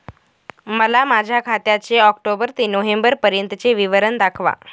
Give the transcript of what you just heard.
मला माझ्या खात्याचे ऑक्टोबर ते नोव्हेंबर पर्यंतचे विवरण दाखवा